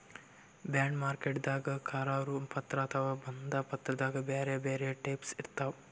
bond ಮಾರ್ಕೆಟ್ದಾಗ್ ಕರಾರು ಪತ್ರ ಅಥವಾ ಬಂಧ ಪತ್ರದಾಗ್ ಬ್ಯಾರೆ ಬ್ಯಾರೆ ಟೈಪ್ಸ್ ಇರ್ತವ್